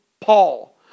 Paul